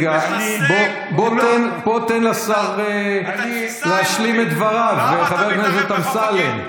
בוא תן לשר להשלים את דבריו, חבר הכנסת אמסלם.